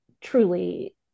truly